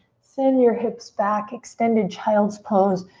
send your hips back, extended child pose.